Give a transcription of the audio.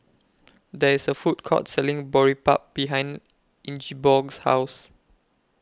There IS A Food Court Selling Boribap behind Ingeborg's House